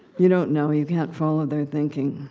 you don't know. you can't follow their thinking.